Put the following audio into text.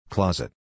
Closet